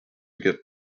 get